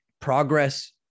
progress